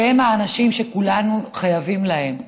שהם האנשים שכולנו חייבים להם,